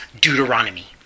Deuteronomy